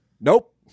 Nope